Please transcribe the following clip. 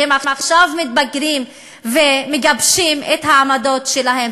והם עכשיו מתבגרים ומגבשים את העמדות שלהם.